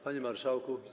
Panie Marszałku!